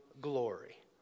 glory